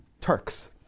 Turks